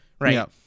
right